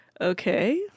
Okay